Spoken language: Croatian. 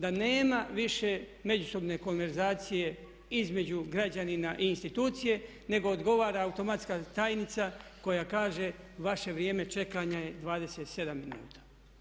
Da nema više međusobne konverzacije između građanina i institucije nego odgovara automatska tajnica koja kaže vaše vrijeme čekanja je 27 minuta.